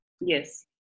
Yes